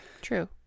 true